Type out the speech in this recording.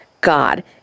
God